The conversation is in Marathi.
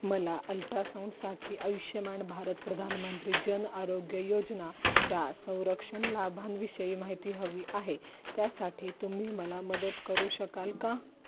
मला अल्ट्रासाउंडसाठी आयुष्यमान भारत प्रधानमंत्री जन आरोग्य योजना च्या संरक्षण लाभांविषयी माहिती हवी आहे त्यासाठी तुम्ही मला मदत करू शकाल का